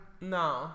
No